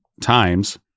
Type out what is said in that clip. times